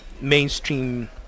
mainstream